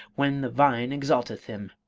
when the vine exalteth him.